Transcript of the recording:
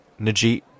Najit